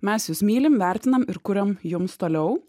mes jus mylim vertinam ir kuriam jums toliau